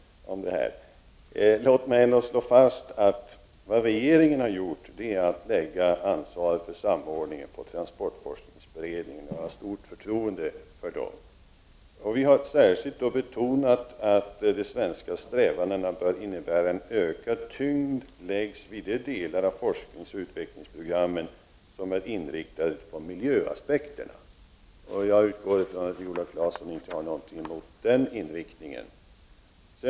Låt mig ändå slå fast att regeringen har lagt ansvaret för samordningen på transportforskningsberedningen. Jag har stort förtroende för denna. Vi har särskilt betonat att de svenska strävandena bör innebära att ökad tyngd läggs vid de delar av forskningsoch utvecklingsprogrammen som inriktar sig på miljöaspekterna. Jag utgår från att Viola Claesson inte har någonting emot denna inriktning.